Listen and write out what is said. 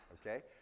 Okay